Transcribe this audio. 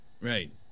right